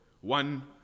one